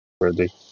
Ready